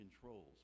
controls